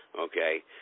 okay